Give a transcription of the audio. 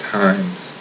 times